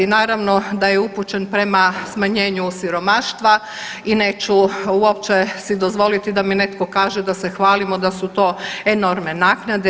Naravno da je upućen prema smanjenju siromaštva i neću uopće si dozvoliti da mi netko kaže da se hvalimo da su te enormne naknade.